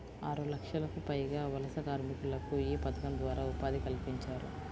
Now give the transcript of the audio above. ఆరులక్షలకు పైగా వలస కార్మికులకు యీ పథకం ద్వారా ఉపాధి కల్పించారు